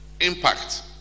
impact